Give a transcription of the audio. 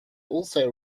also